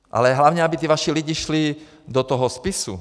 Ale hlavně aby ti vaši lidé šli do toho spisu.